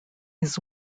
his